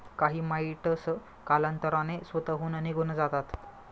काही माइटस कालांतराने स्वतःहून निघून जातात